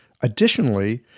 additionally